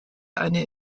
eine